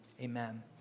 Amen